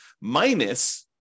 minus